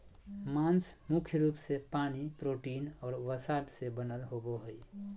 मांस मुख्य रूप से पानी, प्रोटीन और वसा से बनल होबो हइ